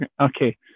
okay